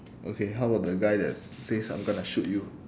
okay how about the guy that says I'm gonna shoot you